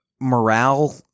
morale